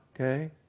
okay